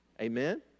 Amen